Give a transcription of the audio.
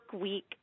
week